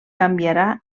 canviarà